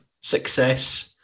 success